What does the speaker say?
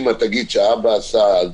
אימא תגיד שהאבא עשה,